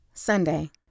Sunday